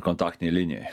kontaktinėj linijoj